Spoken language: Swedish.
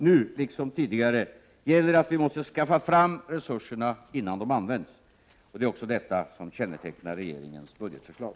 Nu, liksom tidigare, gäller att vi måste skaffa fram resurserna innan de används. Det är också detta som kännetecknar regeringens budgetförslag.